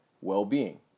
Well-being